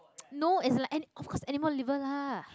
no is like and of course animal liver lah